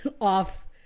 off